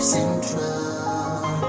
Central